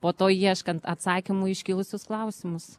po to ieškant atsakymų į iškilusius klausimus